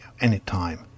anytime